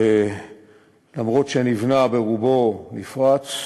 אף שנבנה, ברובו נפרץ.